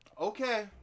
okay